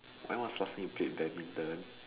when was the last time you played badminton